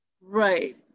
Right